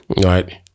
Right